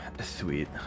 sweet